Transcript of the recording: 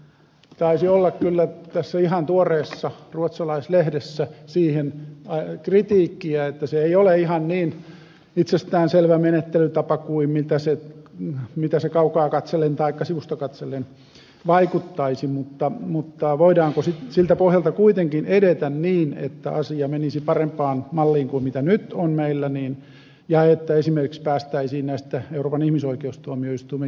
taisi olla kyllä tässä ihan tuoreessa ruotsalaislehdessä siihen kritiikkiä että se ei ole ihan niin itsestäänselvä menettelytapa kuin miltä se kaukaa katsellen taikka sivusta katsellen vaikuttaisi mutta se voidaanko siltä pohjalta kuitenkin edetä niin että asia menisi parempaan malliin kuin nyt on meillä ja että esimerkiksi päästäisiin näistä euroopan ihmisoikeustuomioistuimen